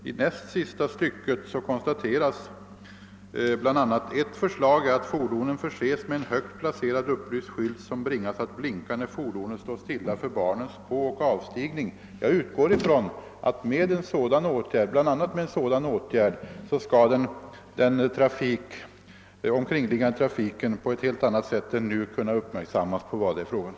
Alideles mot slutet av svaret sade jag: »Ett förslag är att fordonen förses med en högt placerad upplyst skylt som bringas att blinka när fordonet står stilla för barnens påoch avstigning.» Jag utgår ifrån att med bl.a. en sådan åtgärd skulle den omkringliggande trafiken på ett helt annat sätt än nu kunna uppmärksamma denna form av trafik.